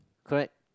correct